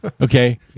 Okay